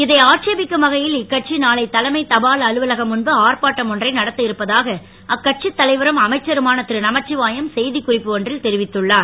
இதை ஆட்சேபிக்கும் வகையில் இக்கட்சி நாளை தலைமைத் தபால் அலுவலம் முன்பு ஆர்ப்பாட்டம் ஒன்றை நடத்த இருப்பதாக அக்கட்சித் தலைவரும் அமைச்சருமான திருநமச்சிவாயம் செய்திக்குறிப்பு ஒன்றில் தெரிவித்துள்ளார்